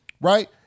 right